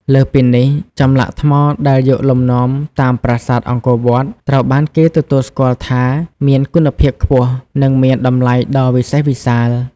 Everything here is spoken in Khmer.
លើសពីនេះ ចម្លាក់ថ្មដែលយកលំនាំតាមប្រាសាទអង្គរវត្ត ត្រូវបានគេទទួលស្គាល់ថាមានគុណភាពខ្ពស់ និងមានតម្លៃដ៏វិសេសវិសាល។